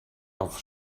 auf